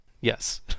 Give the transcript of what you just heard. Yes